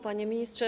Panie Ministrze!